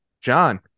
john